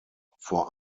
vor